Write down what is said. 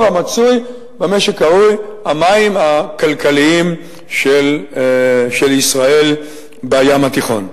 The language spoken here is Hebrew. המצוי במה שקרוי "המים הכלכליים של ישראל בים התיכון".